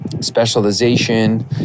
Specialization